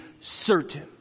certain